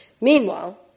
meanwhile